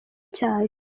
cyayo